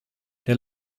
der